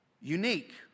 unique